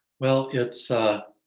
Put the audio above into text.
well, it's,